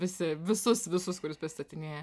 visi visus visus kur jus pristatinėja